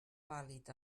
vàlid